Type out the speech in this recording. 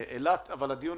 אבל הדיון